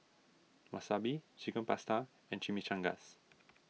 Wasabi Chicken Pasta and Chimichangas